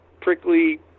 prickly